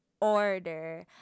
order